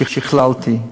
שכללתי,